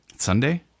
Sunday